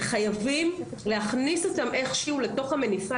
וחייבים להכניס אותם איכשהו לתוך המניפה